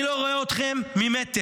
אני לא רואה אתכם ממטר.